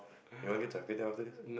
you wanna get char-kueh-teow after this